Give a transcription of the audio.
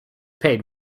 paid